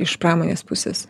iš pramonės pusės